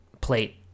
plate